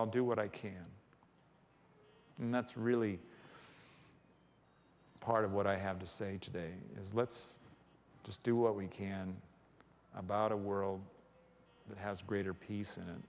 i'll do what i can and that's really part of what i have to say today is let's just do what we can about a world that has greater peace